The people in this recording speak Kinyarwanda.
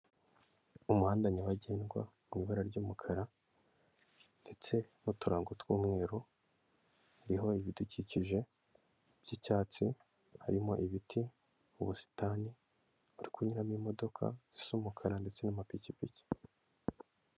Umuhanda nyabagendwa, mu ibara ry'umukara ndetse n'uturango tw'umweru; hariho ibidukikije by'icyatsi, harimo ibiti mu busitani, buri kunyuramo imodoka z'umukara ndetse'amapikipiki.